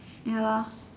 ya lah